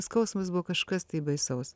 skausmas buvo kažkas tai baisaus